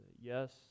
yes